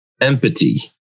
empathy